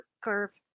curve